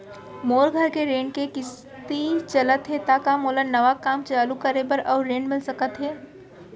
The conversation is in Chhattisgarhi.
मोर घर के ऋण के किसती चलत हे ता का मोला नवा काम चालू करे बर अऊ ऋण मिलिस सकत हे?